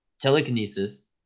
telekinesis